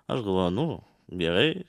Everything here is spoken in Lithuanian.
aš galvoju nu gerai